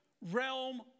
realm